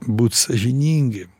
būti sąžiningiem